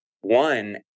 one